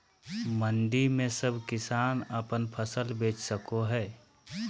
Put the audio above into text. मंडी में सब किसान अपन फसल बेच सको है?